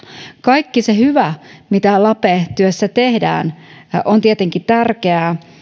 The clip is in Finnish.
kaikki se hyvä mitä lape työssä tehdään on tietenkin tärkeää